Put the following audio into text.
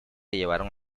llevaron